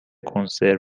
کنسرو